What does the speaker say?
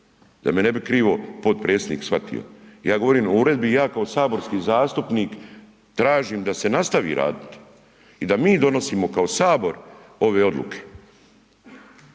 da me ne bi krivo potpredsjednik shvatio, ja govorim o uredbi i ja kao saborski zastupnik tražim da se nastavi raditi i da mi donosimo kao sabor ove odluke.